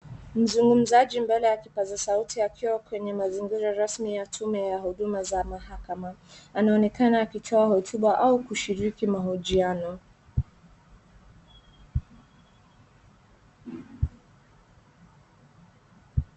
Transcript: Mzungumzaji mbele ya kipaza sauti akiwa kwenye mazingira rasmi ya tume ya huduma za mahakama. Anaonekana akitoa hotuba au kushiriki mahojiano.